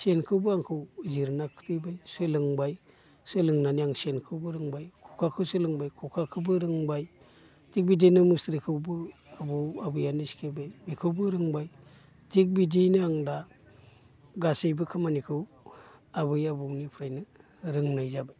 सेनखौबो आंखौ जिरना खिथिबाय सोलोंबाय सोलोंनानै आं सेनखौबो रोंबाय ख'खाखौ सोलोंबाय ख'खाखौबो रोंबाय थिख बिदिनो मुस्रिखौबो आबौ आबैआनो सिखायबाय बेखौबो रोंबाय थिख बिदिनो आं दा गासैबो खामानिखौ आबै आबौनिफ्रायनो रोंनाय जाबाय